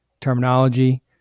terminology